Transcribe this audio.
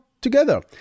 together